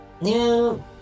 New